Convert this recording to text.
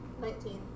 Nineteen